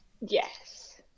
Yes